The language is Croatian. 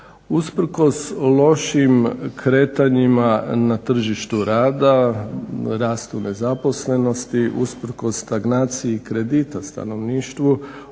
Usprkos lošim kretanjima na tržištu rada, rastu nezaposlenosti, usprkos stagnaciji kredita stanovništvu